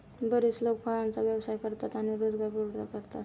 बरेच लोक फळांचा व्यवसाय करतात आणि रोजगार पुरवठा करतात